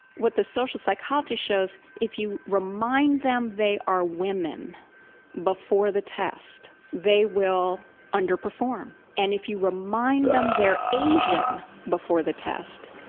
what the social psychology shows, if you remind them they are women before the test, they will underperform and if you remind them they're asian before the test,